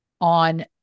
On